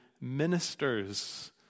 ministers